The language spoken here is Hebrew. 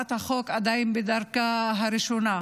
שהצעת החוק עדיין בדרכה הראשונה,